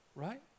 Right